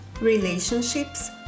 relationships